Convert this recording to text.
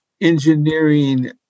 engineering